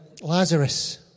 Lazarus